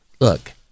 look